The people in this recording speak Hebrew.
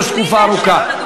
כן.